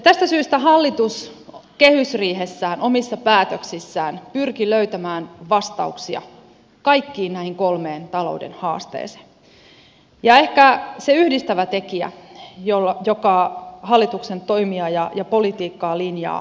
tästä syystä hallitus kehysriihessään omissa päätöksissään pyrki löytämään vastauksia kaikkiin näihin kolmeen talouden haasteeseen ja ehkä se yhdistävä tekijä joka hallituksen toimia ja politiikkaa linjaa on työ